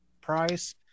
Price